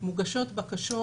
מוגשות בקשות